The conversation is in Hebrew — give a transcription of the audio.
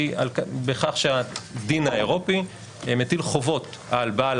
היא בכך שהדין האירופי מטיל חובות על בעל